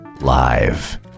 Live